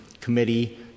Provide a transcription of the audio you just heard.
committee